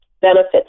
benefits